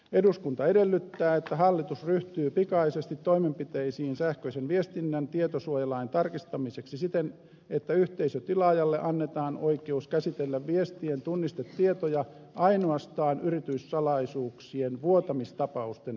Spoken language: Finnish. eduskunta edellyttää että hallitus ryhtyy pikaisesti toimenpiteisiin sähköisen viestinnän tietosuojalain tarkistamiseksi siten että yhteisötilaajalle annetaan oikeus käsitellä viestien tunnistetietoja ainoastaan yrityssalaisuuksien vuotamistapausten selvittämiseksi